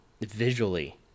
visually